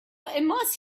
immerse